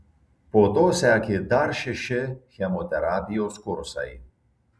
po to sekė dar šeši chemoterapijos kursai